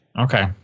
Okay